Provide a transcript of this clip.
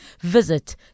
visit